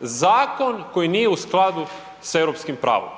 zakon koji nije u skladu s europskim pravom?